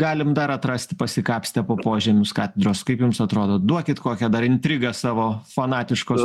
galim dar atrasti pasikapstę po požemius katedros kaip jums atrodo duokit kokią dar intrigą savo fanatiškos